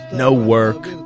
no work,